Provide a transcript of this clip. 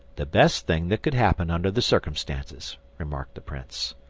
the best thing that could happen under the circumstances, remarked the prince.